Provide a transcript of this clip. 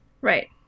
Right